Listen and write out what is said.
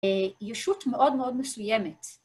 ישות מאוד מאוד מסויימת.